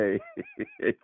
Hey